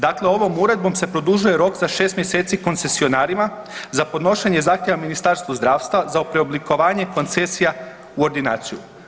Dakle, ovom Uredbom se produžuje rok za 6 mjeseci koncesionarima, za podnošenje zahtjeva Ministarstvu zdravstva za preoblikovanje koncesije u ordinaciju.